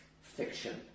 fiction